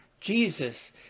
Jesus